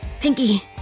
Pinky